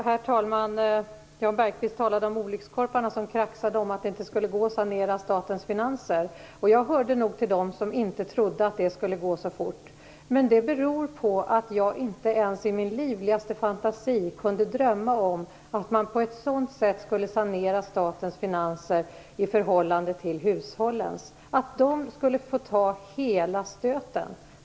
Herr talman! Jan Bergqvist talade om olyckskorparna som kraxade om att det inte skulle gå att sanera statens finanser. Jag hörde nog till dem som inte trodde att det skulle gå så fort. Men det beror på att jag inte ens i min livligaste fantasi kunde drömma om att man på ett sådant sätt skulle sanera statens finanser i förhållande till hushållens att hushållen skulle få ta hela stöten.